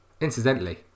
Incidentally